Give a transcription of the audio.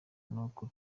nuko